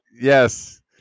yes